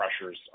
pressures